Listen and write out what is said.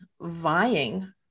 vying